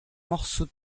morceau